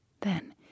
Then